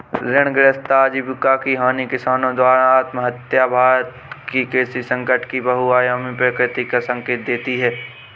ऋणग्रस्तता आजीविका की हानि किसानों द्वारा आत्महत्याएं भारत में कृषि संकट की बहुआयामी प्रकृति का संकेत देती है